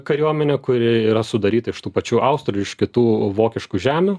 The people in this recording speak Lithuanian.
kariuomenę kuri yra sudaryta iš tų pačių austrų ir iš kitų vokiškų žemių